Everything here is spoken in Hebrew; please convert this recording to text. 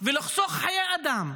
ולחסוך חיי אדם.